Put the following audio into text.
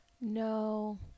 no